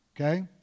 okay